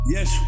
Yes